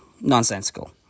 nonsensical